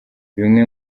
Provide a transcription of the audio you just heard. bimwe